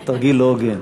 זה תרגיל לא הוגן.